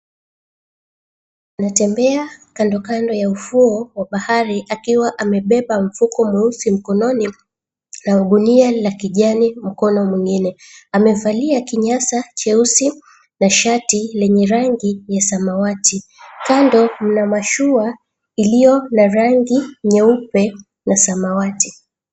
Anatembea kando kando ya ufuo wa bahari akiwa amebeba mfuko mweusi mkononi na gunia la kijani mkono mwingine, amevalia kinyasa cheusi na shati lenye rangi ya samawati. Kando mna mashua iliyo na rangi nyeupe na samawati.